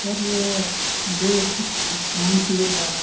sir मुझे कुछ सामान चाहिये था